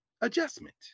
adjustment